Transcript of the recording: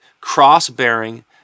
cross-bearing